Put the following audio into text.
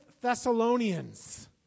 Thessalonians